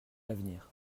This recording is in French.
l’avenir